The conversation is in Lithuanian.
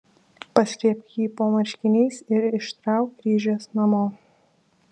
paslėpk jį po marškiniais ir ištrauk grįžęs namo